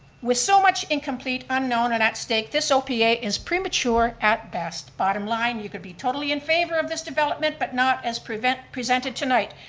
with so much in complete unknown and at stake, this opa is premature at best. bottom line, you could be totally in favor of this development, but not as presented presented tonight.